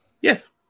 Yes